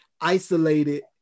isolated